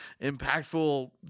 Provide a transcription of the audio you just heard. impactful